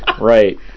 Right